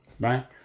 Right